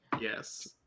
Yes